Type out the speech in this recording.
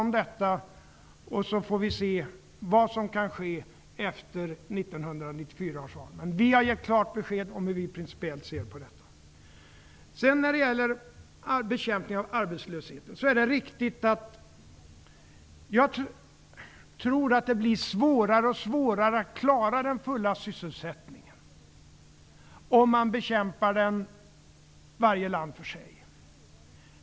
Sedan får vi se vad som kan hända efter 1994 års val. Vi har gett klart besked, och vi vill principiellt se på detta. Sedan till frågan om bekämpningen av arbetslösheten. Jag tror att det blir allt svårare att klara den fulla sysselsättningen, om man bekämpar arbetslösheten varje land för sig.